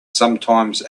sometimes